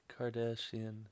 Kardashian